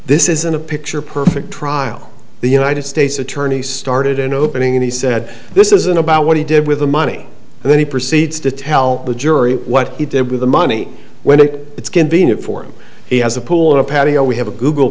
this isn't a picture perfect trial the united states attorney started in opening and he said this isn't about what he did with the money and then he proceeds to tell the jury what he did with the money when it's convenient for him he has a pool of patio we have a google